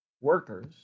workers